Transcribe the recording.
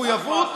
מחויבות.